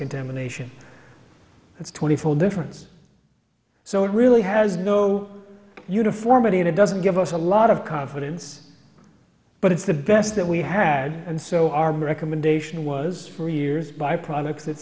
contamination that's twenty four difference so it really has no uniformity and it doesn't give us a lot of confidence but it's the best that we had and so our recommendation was for years by products that